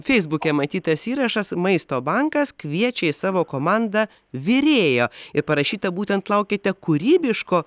feisbuke matytas įrašas maisto bankas kviečia į savo komandą virėjo ir parašyta būtent laukite kūrybiško